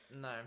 No